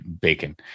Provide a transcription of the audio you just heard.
bacon